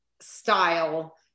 style